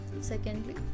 Secondly